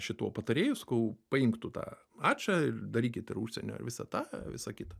šituo patarėju sakau paimk tu tą ačą darykit ir užsienio ir visą tą visą kitą